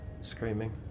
screaming